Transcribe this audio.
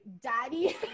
daddy